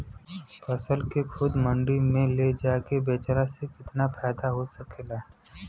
फसल के खुद मंडी में ले जाके बेचला से कितना फायदा हो सकेला?